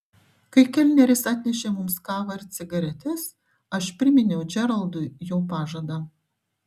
kai kelneris atnešė mums kavą ir cigaretes aš priminiau džeraldui jo pažadą